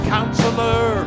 Counselor